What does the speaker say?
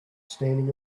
standing